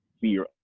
fear